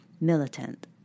Militant